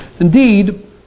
Indeed